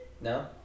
No